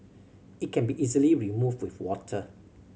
it can be easily removed with water